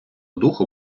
духу